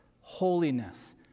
holiness